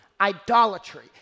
idolatry